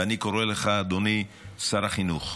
ואני קורא לך, אדוני שר החינוך: